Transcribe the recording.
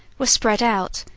were spread out,